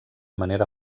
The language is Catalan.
manera